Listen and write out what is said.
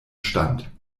stand